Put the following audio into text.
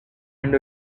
and